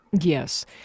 Yes